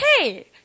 Hey